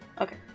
Okay